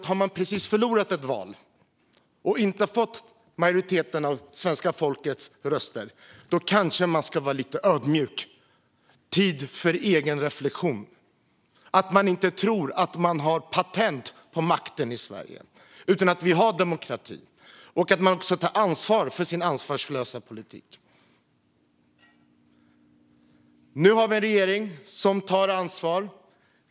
Men har man precis förlorat ett val och inte fått majoriteten av svenska folkets röster kanske man ska vara lite ödmjuk och ägna tid åt egen reflektion. Man ska inte tro att man har patent på makten i Sverige, utan vi har demokrati. Man ska ta ansvar för sin ansvarslösa politik. Nu har vi en regering som tar ansvar.